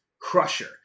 crusher